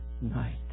night